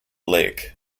lake